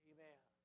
Amen